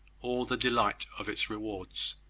or the delight of its rewards.